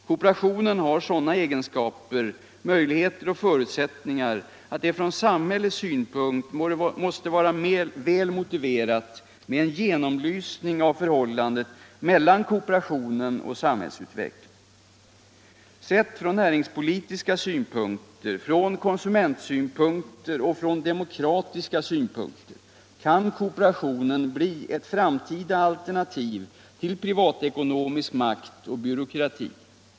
Kooperationen har sådana egenskaper, möjligheter och förutsättningar att det från samhällets synpunkt måste vara väl motiverat med en genomlysning av förhållandet mellan kooperation och samhällsutveckling. Sett från näringspolitiska synpunkter, från konsumentsynpunkter och från demokratiska synpunkter kan kooperationen bli ett framtida alternativ till privatekonomisk makt och byråkrati.